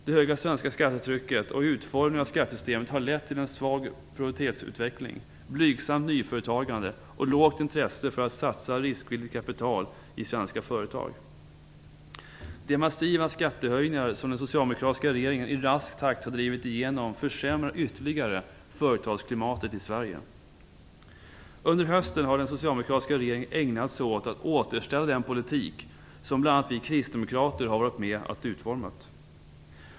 Det höga svenska skattetrycket och utformningen av skattesystemet har lett till svag produktivitetsutveckling, blygsamt nyföretagande och svagt intresse för att satsa riskvilligt kapital i svenska företag. De massiva skattehöjningar som den socialdemokratiska regeringen i rask takt har drivit igenom försämrar ytterligare företagsklimatet i Under hösten har den socialdemokratiska regeringen ägnat sig åt att återställa den politik som bl.a. vi kristdemokrater har varit med och utformat.